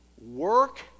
Work